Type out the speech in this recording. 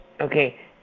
Okay